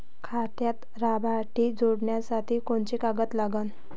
खात्यात लाभार्थी जोडासाठी कोंते कागद लागन?